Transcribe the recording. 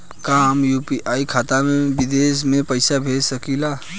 का हम यू.पी.आई खाता से विदेश म पईसा भेज सकिला?